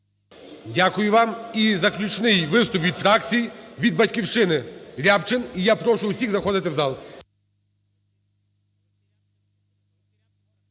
Дякую вам. І заключний виступ від фракцій. Від "Батьківщини"Рябчин. І я прошу всіх заходити у зал.